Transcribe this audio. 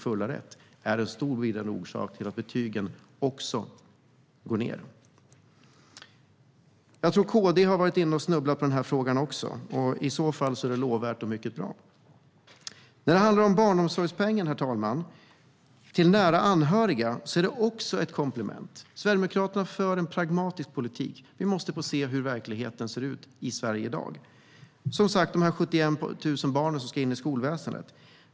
Det är en bidragande orsak till att betygen också går ned. Jag tror att KD har varit inne och snubblat på den här frågan också. Det är i så fall lovvärt och mycket bra. Det andra jag ska ta upp är barnomsorgspengen till nära anhöriga. Det är också ett komplement. Sverigedemokraterna för en pragmatisk politik. Vi måste se hur verkligheten ser ut i Sverige i dag. Det är 71 000 barn som ska in i skolväsendet.